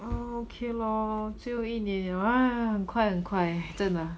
okay lor 就一年 !wah! 很快很快真的